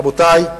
רבותי,